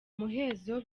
muhezo